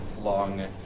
long